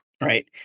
Right